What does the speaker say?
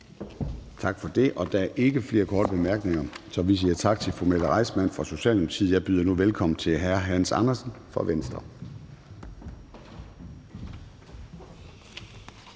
Tak for det. Der er ikke flere korte bemærkninger, så vi siger tak til fru Mette Reissmann fra Socialdemokratiet. Jeg byder nu velkommen til hr. Hans Andersen fra Venstre.